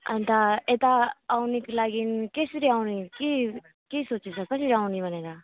अन्त यता आउनको लागि कसरी आउने के के सोचेको छ कसरी आउने भनेर